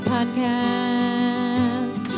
podcast